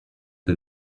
the